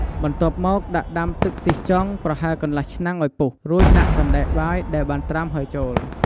បន្ទាប់មក ដាក់ដាំទឹក ខ្ទិះចុង ប្រហែលកន្លះឆ្នាំងឱ្យពុះ រួចទើបដាក់សណ្ដែកបាយដែលបានត្រាំហើយចូល។